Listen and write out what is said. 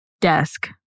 desk